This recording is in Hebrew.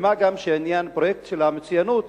מה גם שעניין פרויקט המצוינות,